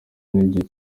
n’igihe